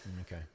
Okay